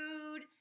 food